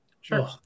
Sure